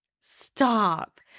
Stop